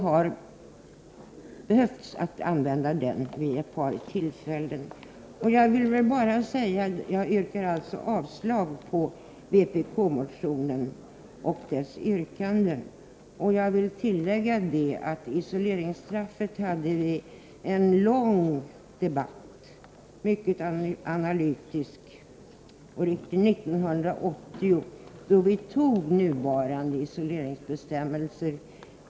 Jag måste väl då också påpeka att de har behövt användas vid ett par tillfällen. Jag yrkar alltså avslag på vpk-motionen. Jag vill tillägga att vi hade en lång och mycket analytisk debatt om isoleringsstraffet 1980, då vi antog nuvarande isoleringsbestämmelser.